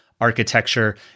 architecture